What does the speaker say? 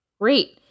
Great